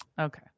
Okay